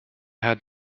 herrn